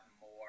more